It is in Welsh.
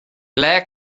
ble